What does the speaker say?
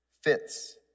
fits